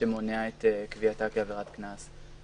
שמונע את קביעתה כעבירת קנס.